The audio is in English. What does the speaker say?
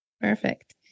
Perfect